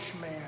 man